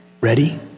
Ready